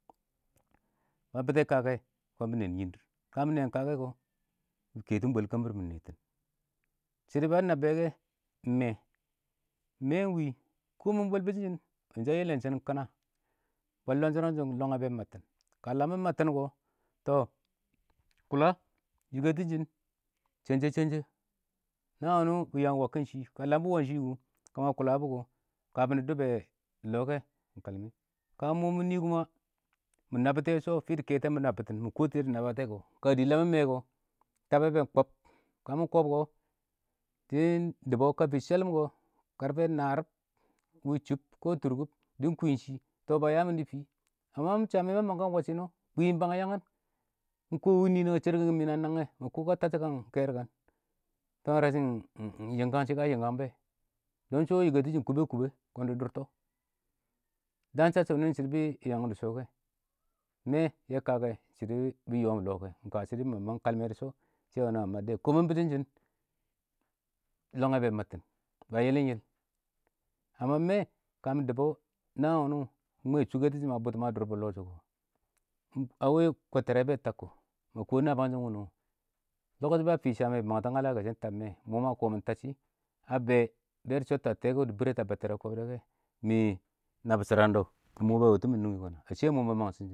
﻿ma bɪtɛ kakɛ kɔn bɪ nɛɛn yɪndɪr, ka nɛ kakɛ kɔ, bɪ kɛtʊ mɪn bwɛl kəmbir kʊ, bɪ yɪttɪn. Shɪdɔ bɛ a nabbʊwɛ kɛ, ɪng mɛɛ, mɛɛ ɪng wɪ bwɛl bɪshɪn shɪn, a yɛlɛm shɪdɔn kɪna, bwɛl lɔnshɔrɔn shɪ, lɔngɛ bɛ ɪng mabtɪn, ka lam mɪ mabtɪn kɔ, tɔ kulla yɪtɛtʊnshɪn Naan wʊnɪ bɪ yang wɔbkɪn shɪ, ka lam bɪ wɔb shɪ kʊ, ka ma bɔ kɔ ka mɪn dɪ dʊbbɛ lɔ kɛ, ɪng kalmɛ. Ka ɪng mɔ mɪ mɪ nabʊtɔ yɛ shɔ, fɪ dɪ kɛtɔ mɪ nabbɪtɪn, mɪ kɔ kɔ, ka dɪ lamɪn mɛɛ kɔ, tabɛ bɛ kob, kamɪ kob kɔ, dɪ ɪng dʊbɔ ka fɪ shɛlɪm kɔ, narɪ wɪ chʊb kɔ tʊrkʊb dɪ ɪng kwɪn shɪ, tɒ ba ya mɪn dɔ fii. mɪ sha mee, mɪ mang kwaan wɔbkɪn shɪ, kwɪm bang yangɪn ɪng kɔ wɪ ninəng a shɛrkɪkam mɪ ɪng nangɛ, ma kɔ ka tabshɪkan kɛɛrkangtɔ, tɔ ɪng yɪnkangshɪ ka yɪngkang bɛ, yɪtɛtʊn shɪn kʊbɛ kʊbɛ kɔn dɪ dʊr tɔ. Daan shashɪm bɪnɪ, ɪng shɔ bɪ yangɪn dɪ shɔ kɛ, mee yɛ kakɛ ɪng shɪdpɔ bɪ yɔɔm lɔ kɛ, ka shɪ dɔ ma mang kalmɛ dɪ shɔ na ma mabdɛ, bʊtʊn shɪn, lɔngɛ bɛ ɪng mabtɪn, ba yɪlɪm yɪl. mɛɛ, ka mɪ dʊbɔ naan wʊnɪ ma dʊrbɔ lɔshɔ kɔ, a wɪ kʊdtɛrɛ bɛ tab kɔ, ma kɔ nabɪyangshɪn wʊnɪ wɔ, ba fɪ sham mɛ, bɪ mangtɔ kɔ ngala shɪ bɪ tab mɛɛ, mɔ ma kɔ mɪn tab shɪ, a bɛ, bɛ dɪ shɔttɔ a tɛkɔ, dɪ bɪrɛ tʊ a bɛttɛrɛ kɔb dɛ kɛ, mɪ nabɪ shɪran dɔ, ɪng mɔ ba yɔtɪmɪn nungi,a mɔ ma mang sujin.